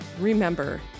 remember